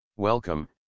welcome